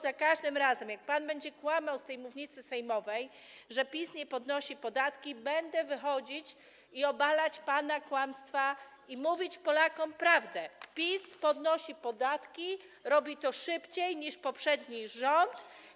Za każdym razem jak pan będzie kłamał z tej mównicy sejmowej, że PiS nie podnosi podatków, będę wychodzić i obalać pana kłamstwa, i mówić Polakom prawdę - PiS podnosi podatki, robi to szybciej niż poprzedni rząd.